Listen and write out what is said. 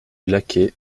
lacay